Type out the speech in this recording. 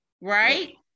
right